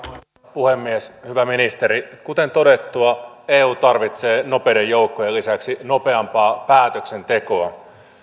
puhemies hyvä ministeri kuten todettua eu tarvitsee nopeiden joukkojen lisäksi nopeampaa päätöksentekoa